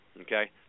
okay